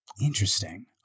Interesting